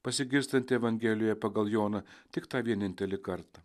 pasigirstanti evangelijoje pagal joną tik tą vienintelį kartą